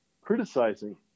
criticizing